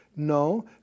No